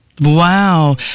wow